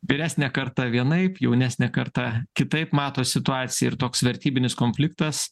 vyresnė karta vienaip jaunesnė karta kitaip mato situaciją ir toks vertybinis konfliktas